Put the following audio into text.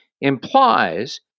implies